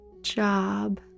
job